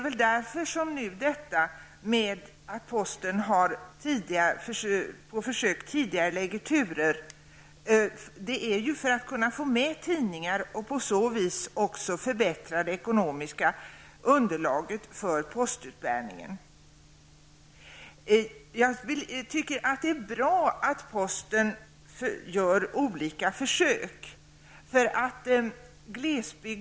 Anledningen till att posten på försök tidigarelägger turer är att man vill kunna få med tidningar och på så vis också förbättra det ekonomiska underlaget för postutbärningen. Jag tycker att det är bra att posten gör olika försök.